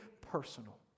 personal